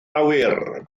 awyr